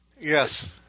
Yes